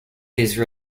these